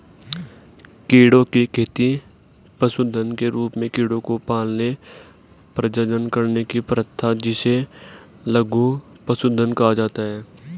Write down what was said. कीड़ों की खेती पशुधन के रूप में कीड़ों को पालने, प्रजनन करने की प्रथा जिसे लघु पशुधन कहा जाता है